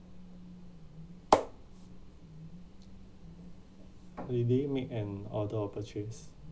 holiday make an order of purchase